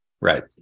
Right